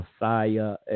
Messiah